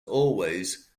always